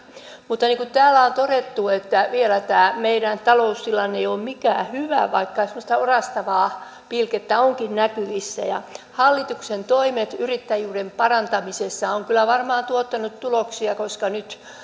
mutta niin kuin täällä on todettu vielä tämä meidän taloustilanne ei ole mikään hyvä vaikka semmoista orastavaa pilkettä onkin näkyvissä hallituksen toimet yrittäjyyden parantamisessa ovat kyllä varmaan tuottaneet tuloksia koska nyt